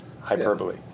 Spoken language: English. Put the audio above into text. hyperbole